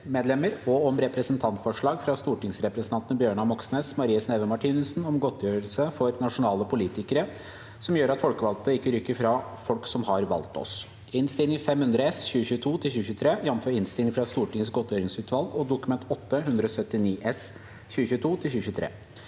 og om Representantforslag fra stortingsrepresentantene Bjørnar Moxnes og Marie Sneve Martinussen om godtgjø- relser for nasjonale politikere som gjør at folkevalgte ikke rykker fra folk som har valgt oss (Innst. 500 S (2022– 2023), jf. Innstilling fra Stortingets godtgjøringsutvalg og Dokument 8:179 S